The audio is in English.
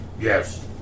Yes